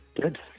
Good